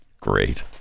Great